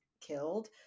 killed